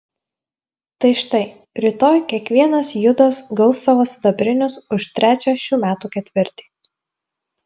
tai štai rytoj kiekvienas judas gaus savo sidabrinius už trečią šių metų ketvirtį